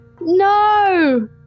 no